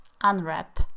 unwrap